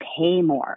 Paymore